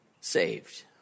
saved